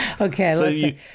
Okay